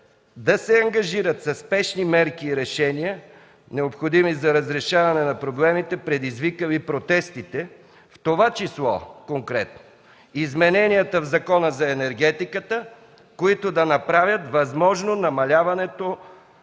да се ангажират със спешни мерки и решения, необходими за разрешаване на проблемите, предизвикали протестите, в това число конкретно измененията в Закона за енергетиката, които да направят възможно намаляването